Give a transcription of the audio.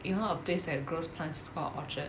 you know a place that grows plant is called orchid